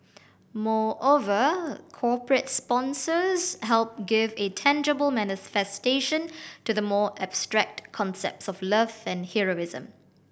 moreover corporate sponsors help give a tangible manifestation to the more abstract concepts of love and heroism